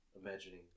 imagining